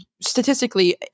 statistically